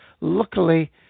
Luckily